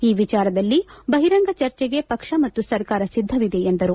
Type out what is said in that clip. ಈ ವಿಚಾರದಲ್ಲಿ ಬಹಿರಂಗ ಚರ್ಚೆಗೆ ಪಕ್ಷ ಮತ್ತು ಸರ್ಕಾರ ಸಿದ್ದವಿದೆ ಎಂದರು